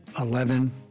Eleven